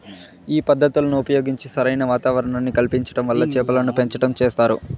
ఈ పద్ధతులను ఉపయోగించి సరైన వాతావరణాన్ని కల్పించటం వల్ల చేపలను పెంచటం చేస్తారు